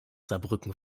saarbrücken